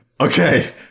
Okay